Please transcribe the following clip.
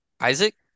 isaac